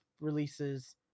releases